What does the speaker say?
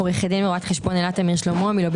עורכת דין ורואת חשבון אלה תמיר שלמה מלובי